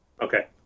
Okay